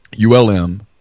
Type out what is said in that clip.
ULM